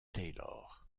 taylor